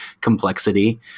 complexity